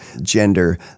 gender